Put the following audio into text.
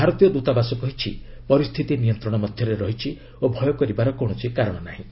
ଭାରତୀୟ ଦୂତାବାସ କହିଛି ପରିସ୍ଥିତି ନିୟନ୍ତ୍ରଣ ମଧ୍ୟରେ ରହିଛି ଓ ଭୟ କରିବାର କୌଣସି କାରଣ ନାହିଁ